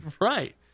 Right